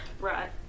Right